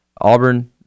Auburn